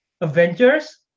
Avengers